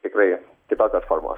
tikrai kitokios formos